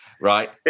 right